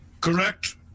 correct